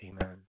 Amen